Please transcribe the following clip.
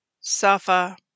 Safa